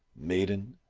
maiden,